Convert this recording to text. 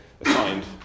assigned